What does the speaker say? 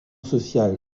social